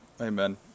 amen